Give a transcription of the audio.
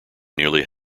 nearly